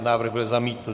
Návrh byl zamítnut.